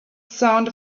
sound